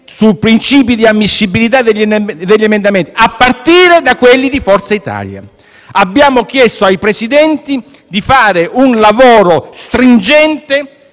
sui principi della ammissibilità degli emendamenti, a partire da quelli di Forza Italia. Abbiamo chiesto ai Presidenti di fare un lavoro stringente,